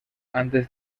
antes